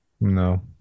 No